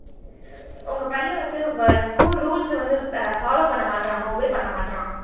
உங்கள் பையன் வந்து வ ஸ்கூல் ரூல்ஸை வந்து ஃபாலோ பண்ண மாட்டேறாம்மா ஒபே பண்ண மாட்டேறான்